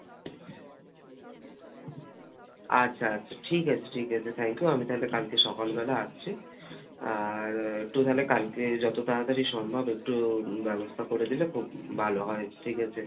আচ্ছা আচ্ছা ঠিক আছে ঠিক আছে থ্যাংক ইউ আমি তাহলে কালকে সকালবেলা আসছি আর একটু তাহলে কালকে যতো তাড়াতাড়ি সম্ভব একটু ব্যবস্থা করে দিলে খুব ভালো হয় ঠিক আছে